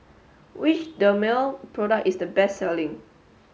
which Dermale product is the best selling